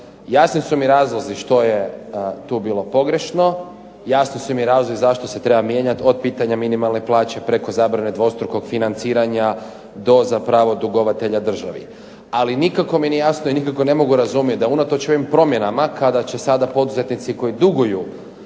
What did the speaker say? Jasni su mi razlozi što je tu bilo pogrešno, jasni su mi razlozi zašto se treba mijenjati od pitanja minimalne plaće preko zabrane dvostrukog financiranja do za pravo dugovatelja dravi, ali nikako mi nije jasno i nikako ne mogu razumjeti da unatoč ovim promjenama kada će sada poduzetnici koji duguju